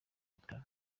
bitaro